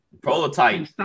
Prototype